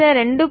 இந்த 2